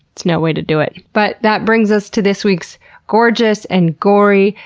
it's no way to do it. but that brings us to this week's gorgeous, and gory,